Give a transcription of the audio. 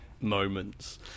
moments